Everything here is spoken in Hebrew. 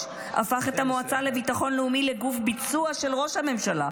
נקודה שלישית: "הפך את המל"ל לגוף ביצוע של ראש הממשלה,